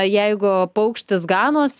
jeigu paukštis ganos